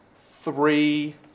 three